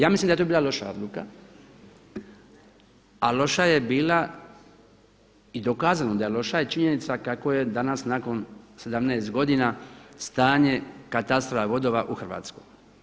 Ja mislim da je to bila loša odluka, a loša je bila i dokazano da je loša je činjenica kakvo je danas nakon 17 godina stanje katastra vodova u Hrvatskoj.